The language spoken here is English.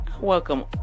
welcome